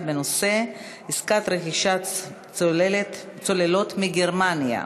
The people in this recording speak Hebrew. בנושא עסקת רכישת הצוללות מגרמניה,